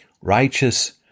Righteous